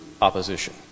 opposition